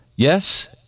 Yes